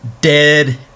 dead